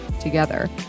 together